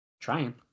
Trying